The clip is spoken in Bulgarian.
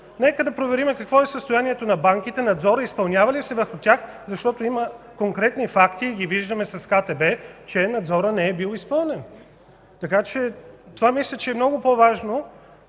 Нека проверим какво е състоянието на банките, надзорът изпълнява ли се върху тях. Защото има конкретни факти и ги виждаме с КТБ, че надзорът не е бил изпълнен. Мисля, че това е много важно